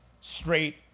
straight